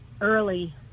early